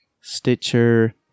Stitcher